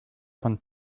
von